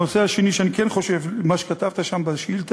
הנושא השני, שאני כן חושב, מה שכתבת שם בשאילתה,